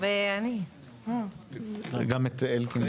אני אסביר גם למה.